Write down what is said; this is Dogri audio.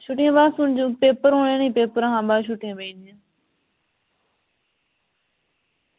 छुट्टियें दे बाद पेपर होने नी पेपरें शा बाद छुट्टियां पेई जंदियां